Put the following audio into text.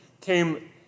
came